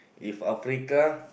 if Africa